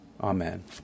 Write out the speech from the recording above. Amen